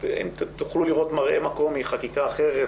אם תוכלו לראות מראה מקום מחקיקה אחרת